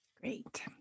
Great